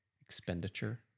expenditure